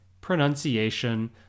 pronunciation